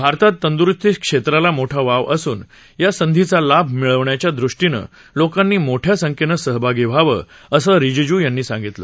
भारतात तंदुरुस्ती क्षेत्राला मोठा वाव असून या संधीचा लाभ मिळवण्याच्या दृष्टीनं लोकांनी मोठ्या संख्येनं सहभागी व्हावं असं रिजीजू यांनी सांगितलं